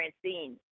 Francine